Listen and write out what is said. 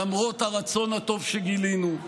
למרות הרצון הטוב שגילינו,